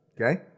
Okay